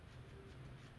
oh my god